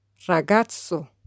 Ragazzo